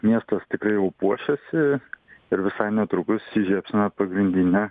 miestas tikrai jau puošiasi ir visai netrukus įžiebs pagrindinę